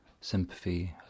Sympathy